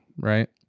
right